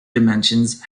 dimensions